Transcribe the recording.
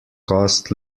cost